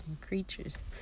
creatures